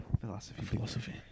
philosophy